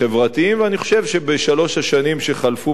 ואני חושב שבשלוש השנים שחלפו מאז הקמת